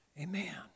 Amen